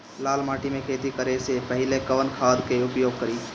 लाल माटी में खेती करे से पहिले कवन खाद के उपयोग करीं?